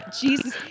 Jesus